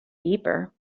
deeper